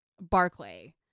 Barclay